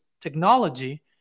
technology